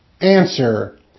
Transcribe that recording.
Answer